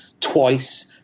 twice